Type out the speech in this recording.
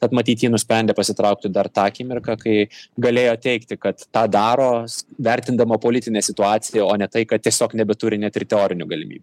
tad matyt ji nusprendė pasitraukti dar tą akimirką kai galėjo teigti kad tą daro vertindama politinę situaciją o ne tai kad tiesiog nebeturi net ir teorinių galimybių